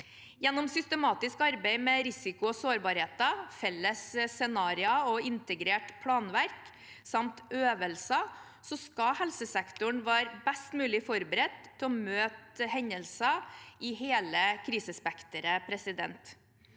Gjennom systematisk arbeid med risiko og sårbarheter, felles scenarioer og integrert planverk samt øvelser skal helsesektoren være best mulig forberedt til å møte hendelser i hele krisespekteret.